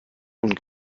und